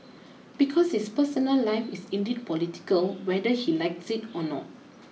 because his personal life is indeed political whether he likes it or not